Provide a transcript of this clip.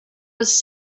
was